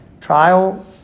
trial